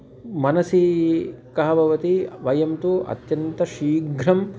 मनसि कः भवति वयं तु अत्यन्तं शीघ्रम्